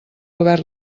haver